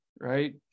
right